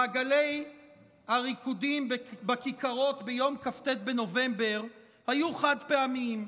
מעגלי הריקודים בכיכרות ביום כ"ט בנובמבר היו חד-פעמיים.